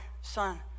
Son